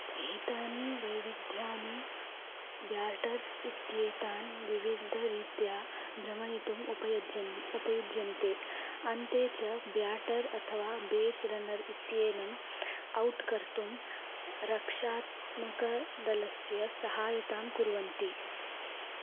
एतानि वैविध्यानि ब्याटर्स् इत्येतान् विविधरीत्या भ्रमयितुम् उपयुज्यन् उपयुज्यन्ते अन्ते च ब्याटर् अथवा बेस् रन्नर् इत्येनम् औट् कर्तुं रक्षात्मकदलस्य सहायतां कुर्वन्ति